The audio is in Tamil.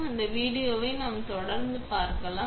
அந்த வீடியோவை நாம் தொடர்ந்து பார்க்கலாம்